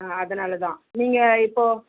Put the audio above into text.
அதனால தான் நீங்கள் இப்போது